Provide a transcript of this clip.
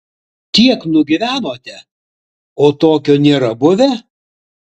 tiek nugyvenote o tokio nėra buvę